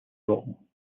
wrong